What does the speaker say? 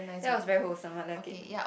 that was very who someone like it